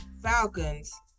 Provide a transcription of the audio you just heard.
Falcons